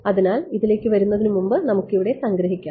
അതിനാൽ ഇതിലേക്ക് വരുന്നതിനുമുമ്പ് നമുക്ക് ഇവിടെ സംഗ്രഹിക്കാം